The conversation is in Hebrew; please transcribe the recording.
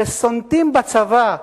שסונטים בצבא,